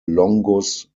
longus